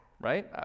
right